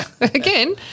Again